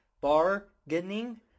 Bargaining